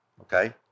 Okay